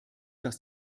dass